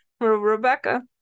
Rebecca